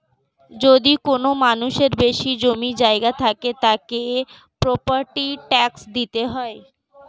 যদি কোনো মানুষের বেশি জমি জায়গা থাকে, তাকে প্রপার্টি ট্যাক্স দিতে হয়